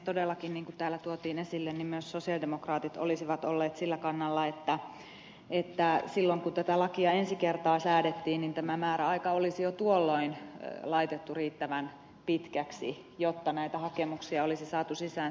todellakin niin kuin täällä tuotiin esille myös sosialidemokraatit olisivat olleet sillä kannalla että silloin kun tätä lakia ensi kertaa säädettiin tämä määräaika olisi jo tuolloin laitettu riittävän pitkäksi jotta näitä hakemuksia olisi saatu sisään